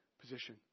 position